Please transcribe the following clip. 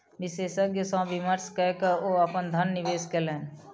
विशेषज्ञ सॅ विमर्श कय के ओ अपन धन निवेश कयलैन